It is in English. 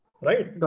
right